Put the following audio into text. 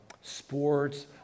sports